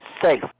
safe